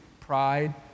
Pride